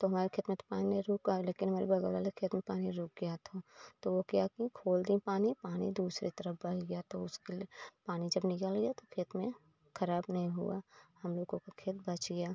तो हमारे खेत में तो पानी नहीं रुका लेकिन हमारे बगल वाले खेत में पानी रुक गया था तो वो क्या कि खोल दी पानी पानी दूसरे तरफ बह गया तो उसके ले पानी जब निकालने गया तो खेत में खराब नहीं हुआ हम लोगों का खेत बच गया